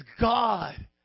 God